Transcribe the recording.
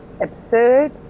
absurd